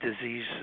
disease